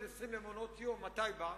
שקל: 320 למעונות-יום מתי באים?